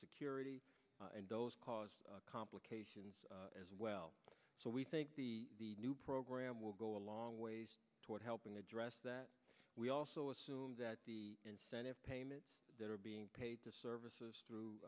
security and those caused complications as well so we think the new program will go a long ways toward helping address that we also assume that the incentive payments that are being paid to services through